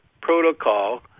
protocol